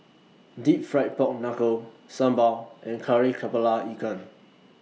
Deep Fried Pork Knuckle Sambal and Kari Kepala Ikan